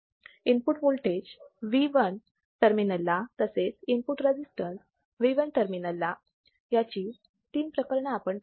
input voltage V1 terminal ला तसेच input resistance V1 terminal ला यांची 3 प्रकरण आपण पाहू